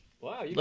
Wow